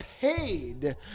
paid